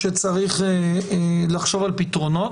שצריך לחשוב על פתרונות.